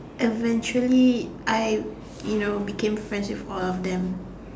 eventually I you know became friends with all of them